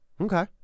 Okay